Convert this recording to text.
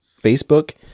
Facebook